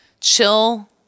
chill